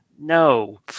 no